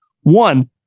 One